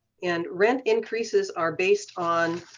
and rent increases are based on